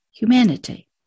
Humanity